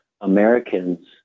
Americans